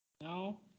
No